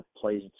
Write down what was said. plays